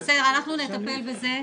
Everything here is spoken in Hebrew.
בסדר, אנחנו נטפל בזה.